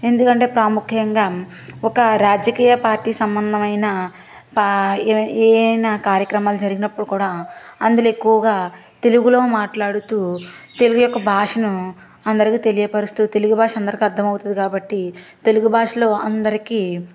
ఎందుకంటే ప్రాముఖ్యంగా ఒక రాజకీయ పార్టీ సంబంధమైన ఏ అయిన కార్యక్రమాలు జరిగినప్పుడు కూడా అందులో ఎక్కువగా తెలుగులో మాట్లాడుతూ తెలుగు యొక్క భాషను అందరికి తెలియపరుస్తూ తెలుగు భాష అందరికి అర్థమవుతుంది కాబట్టి తెలుగు భాషలో అందరికీ